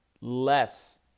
less